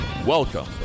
Welcome